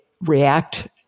react